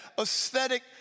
Aesthetic